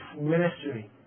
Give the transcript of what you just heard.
ministry